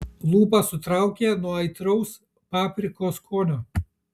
lūpas sutraukė nuo aitraus paprikos skonio